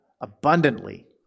abundantly